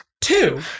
two